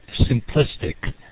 simplistic